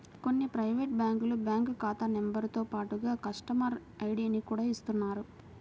కొన్ని ప్రైవేటు బ్యాంకులు బ్యాంకు ఖాతా నెంబరుతో పాటుగా కస్టమర్ ఐడిని కూడా ఇస్తున్నాయి